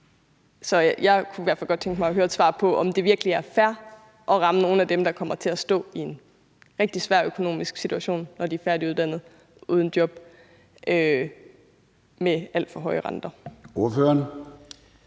Så jeg kunne i hvert fald godt tænke mig at høre et svar på, om det virkelig er fair at ramme nogle af dem, der kommer til at stå i en rigtig svær økonomisk situation, når de er færdiguddannede, uden job og med alt for høje renter.